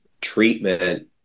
treatment